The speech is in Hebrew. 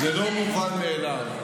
מה יש לכם?